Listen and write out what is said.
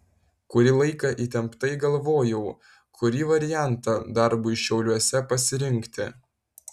kurį laiką įtemptai galvojau kurį variantą darbui šiauliuose pasirinkti